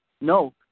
No